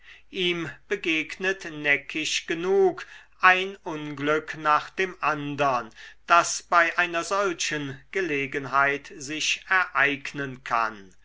ihm begegnet neckisch genug ein unglück nach dem andern das bei einer solchen gelegenheit sich ereignen kann